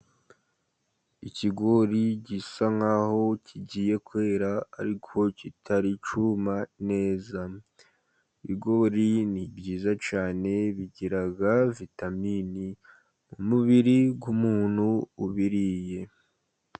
Ikigori gisa nk'aho kigiye kwera ariko kitari cyuma neza. Ibigori ni byiza cyane, bigira vitamini, mu mubiri w'umuntu ubiriye.